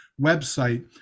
website